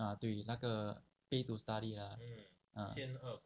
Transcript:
ah 对那个 pay to study 的 lah